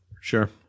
Sure